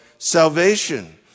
salvation